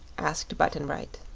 asked button-bright.